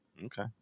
Okay